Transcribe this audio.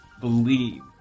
believe